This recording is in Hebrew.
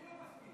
מי לא מסכים?